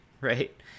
right